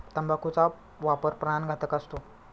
तंबाखूचा वापर प्राणघातक असतो